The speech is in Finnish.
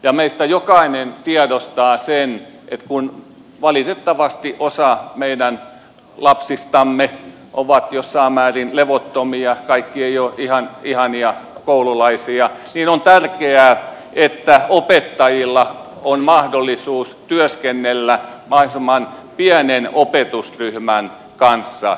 ja meistä jokainen tiedostaa sen että kun valitettavasti osa meidän lapsistamme on jossain määrin levottomia kaikki eivät ole ihan ihania koululaisia niin on tärkeää että opettajilla on mahdollisuus työskennellä mahdollisimman pienen opetusryhmän kanssa